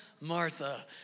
Martha